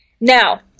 Now